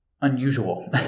unusual